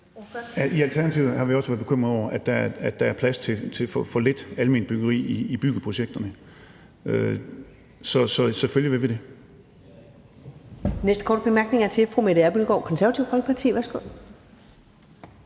I Alternativet har vi også været bekymrede over, at der er for lidt plads til alment byggeri i byggeprojekterne. Så selvfølgelig vil vi det.